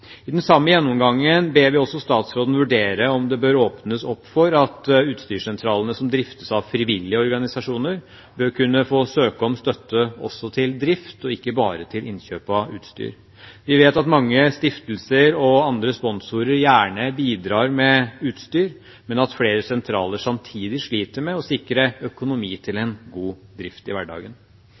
I den samme gjennomgangen ber vi også statsråden vurdere om det bør åpnes opp for at utstyrssentralene som driftes av frivillige organisasjoner, bør kunne få søke om støtte også til drift, og ikke bare til innkjøp av utstyr. Vi vet at mange stiftelser og andre sponsorer gjerne bidrar med utstyr, men at flere sentraler samtidig sliter med å sikre økonomi til en god drift i hverdagen.